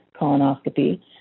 colonoscopy